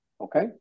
okay